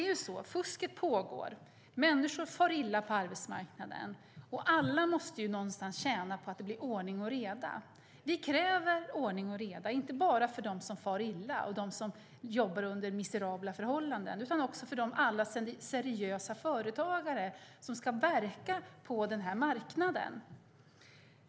Fusket pågår. Människor far illa på arbetsmarknaden. Alla måste tjäna på att det blir ordning och reda. Vi kräver ordning och reda inte bara för dem som jobbar under miserabla förhållanden och far illa utan också för alla de seriösa företagare som ska verka på marknaden.